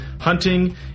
hunting